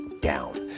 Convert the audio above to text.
down